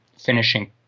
finishing